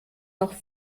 noch